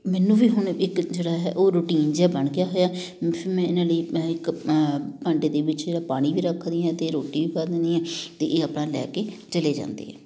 ਮੈਨੂੰ ਵੀ ਹੁਣ ਇੱਕ ਜਿਹੜਾ ਹੈ ਉਹ ਰੂਟੀਨ ਜਿਹਾ ਬਣ ਗਿਆ ਹੋਇਆ ਮੇਨਲੀ ਮੈਂ ਇੱਕ ਭਾਂਡੇ ਦੇ ਵਿੱਚ ਜਿਹੜਾ ਪਾਣੀ ਵੀ ਰੱਖਦੀ ਹਾਂ ਅਤੇ ਰੋਟੀ ਵੀ ਪਾ ਦਿੰਦੀ ਹਾਂ ਅਤੇ ਇਹ ਆਪਣਾ ਲੈ ਕੇ ਚਲੇ ਜਾਂਦੇ ਆ